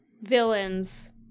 villains